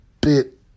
bit